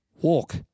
walk